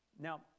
Now